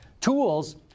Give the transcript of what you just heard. tools